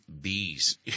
bees